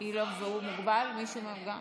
כי אין שר מסכם.